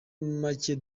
make